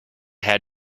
had